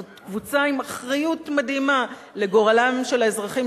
זאת קבוצה עם אחריות מדהימה לגורלם של האזרחים